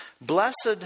Blessed